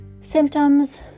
symptoms